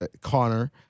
Connor